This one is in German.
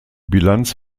bilanz